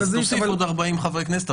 אז נוסיף עוד חברי כנסת,